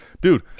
Dude